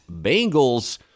Bengals